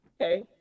Okay